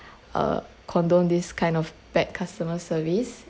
uh condone this kind of bad customer service